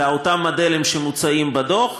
לאותם מודלים שמוזכרים בדוח.